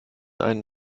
einen